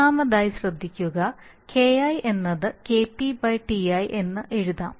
ഒന്നാമതായി ശ്രദ്ധിക്കുക KI എന്നത് KP TI എന്ന് എഴുതാം